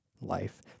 life